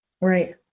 Right